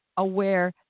aware